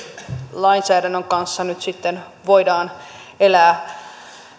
lainsäädännön kanssa nyt sitten voidaan elää